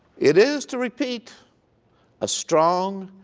it is to repeat a strong,